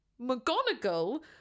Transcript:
McGonagall